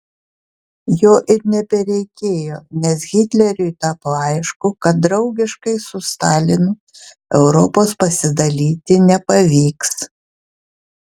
jo ir nebereikėjo nes hitleriui tapo aišku kad draugiškai su stalinu europos pasidalyti nepavyks